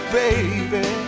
baby